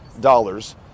dollars